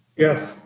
yes.